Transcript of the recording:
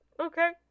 okay